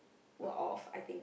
were off I think